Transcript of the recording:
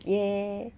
!yay!